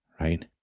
right